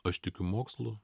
aš tikiu mokslu